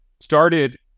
started